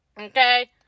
okay